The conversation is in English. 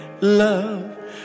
love